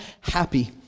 happy